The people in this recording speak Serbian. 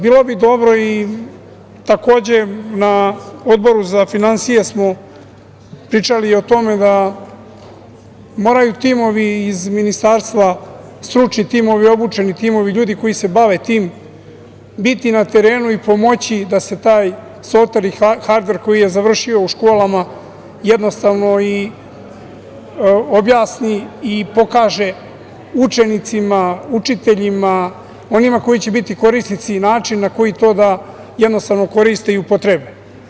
Bilo bi dobro, takođe i na Odboru za finansije smo pričali o tome, da moraju timovi iz ministarstva, stručni timovi, obučeni timovi, ljudi koji se bave tim biti na terenu i pomoći da se taj softver i hardver koji je završio u školama jednostavno i objasni i pokaže učenicima, učiteljima, onima koji će biti korisnici i način na koji to da jednostavno koriste i upotrebe.